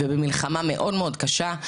ובמלחמה מאוד קשה,